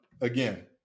again